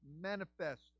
manifest